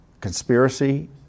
conspiracy